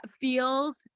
feels